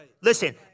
Listen